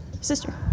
sister